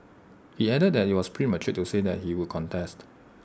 he added that IT was premature to say that he would contest